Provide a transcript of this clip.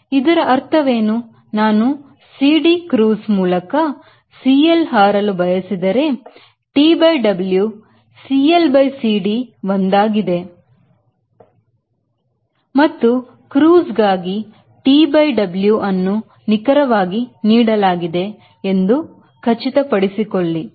ಇದರ ಅರ್ಥವೇನು ನಾನು CD Cruise ಮೂಲಕ cl ಹಾರಲು ಬಯಸಿದರೆ TW CL CD ಇಂದ ಬಂದಾಗಿದೆ ಮತ್ತು Cruise ಗಾಗಿ TW ಅನ್ನು ನಿಖರವಾಗಿ ನೀಡಲಾಗಿದೆ ಎಂದು ಖಚಿತ ಪಡಿಸಿಕೊಳ್ಳಿ